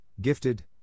gifted